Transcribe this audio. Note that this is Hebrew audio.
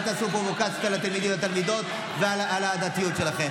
אל תעשו פרובוקציות על התלמידים והתלמידות ועל העדתיות שלכם.